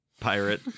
pirate